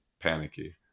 Panicky